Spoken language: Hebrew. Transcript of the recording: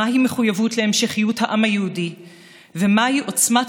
מהי מחויבות להמשכיות העם היהודי ומהי עוצמת